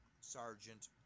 sergeant